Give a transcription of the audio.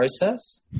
process